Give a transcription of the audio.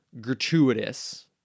gratuitous